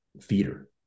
feeder